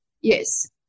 Yes